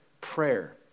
prayer